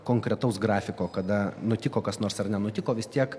konkretaus grafiko kada nutiko kas nors ar nenutiko vis tiek